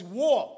war